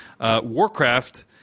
Warcraft